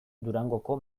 durangoko